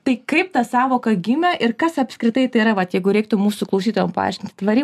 tai kaip ta sąvoka gimė ir kas apskritai tai yra vat jeigu reiktų mūsų klausytojam paaiškint tvari